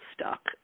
stuck